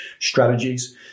strategies